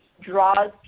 draws